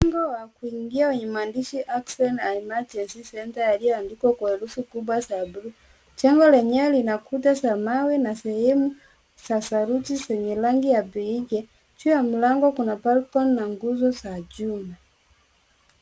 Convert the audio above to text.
Mlango wa kuingia wenye maandishi accident na emergencies enter , yaliotandikwa kwa herufi kubwa za blue . Jengo lenyewe lina kuta za mawe na sehemu za saruji zenye rangi ya beike juu ya mlango kuna balcon na nguzo za chuma.